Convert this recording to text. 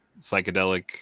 psychedelic